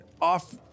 off